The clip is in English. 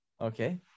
Okay